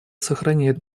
сохраняет